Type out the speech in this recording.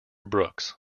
brooks